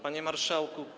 Panie Marszałku!